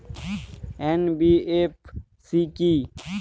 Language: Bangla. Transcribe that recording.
এন.বি.এফ.সি কী?